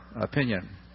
opinion